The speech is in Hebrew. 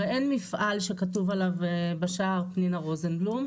הרי אין מפעל שכתוב עליו בשער 'פנינה רוזנבלום',